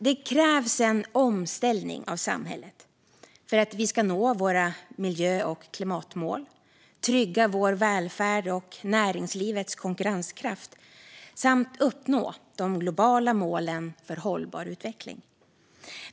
Det krävs en omställning av samhället för att vi ska nå våra miljö och klimatmål, trygga vår välfärd och näringslivets konkurrenskraft samt uppnå de globala målen för hållbar utveckling.